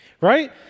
Right